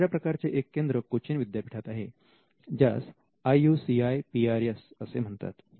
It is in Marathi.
अशा प्रकारचे एक केंद्र कोचीन विद्यापीठात आहे ज्यास IUCIPRS असे म्हणतात